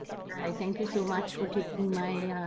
thank you so much for taking my